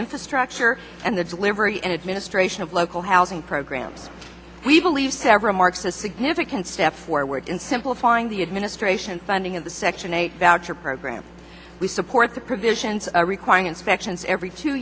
infrastructure and the delivery and administration of local housing programs we believe several marks a significant step forward in simplifying the administration funding of the section eight voucher program we support the provisions requiring inspections every two